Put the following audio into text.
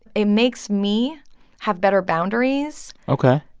it makes me have better boundaries. ok.